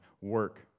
Work